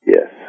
Yes